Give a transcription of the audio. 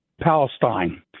Palestine